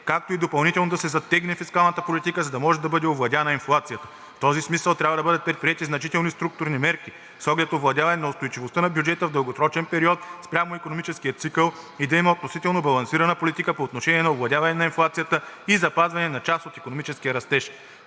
както и допълнително да се затегне фискалната политика, за да може да бъде овладяна инфлацията. В този смисъл трябва да бъдат предприети значителни структурни мерки с оглед овладяване на устойчивостта на бюджета в дългосрочен период спрямо икономическия цикъл и да има относително балансирана политика по отношение на овладяването на инфлацията и запазването на част от икономическия растеж.